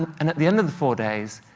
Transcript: and at the end of the four days,